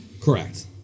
Correct